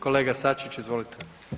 Kolega Sačić, izvolite.